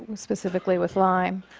specifically with lyme,